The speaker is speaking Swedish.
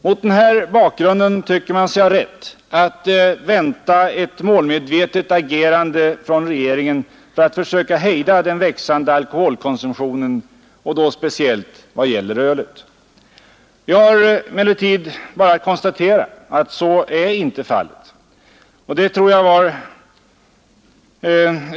Mot den här bakgrunden tycker man sig ha rätt att vänta ett målmedvetet agerande från regeringen för att söka hejda den växande alkoholkonsumtionen och då speciellt i vad gäller ölet. Vi har emellertid bara att konstatera att så är inte fallet.